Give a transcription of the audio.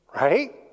Right